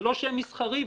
זה לא שם מסחרי בכלל.